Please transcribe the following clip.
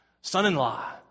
son-in-law